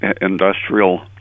industrial